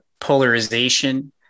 polarization